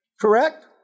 Correct